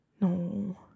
No